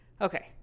Okay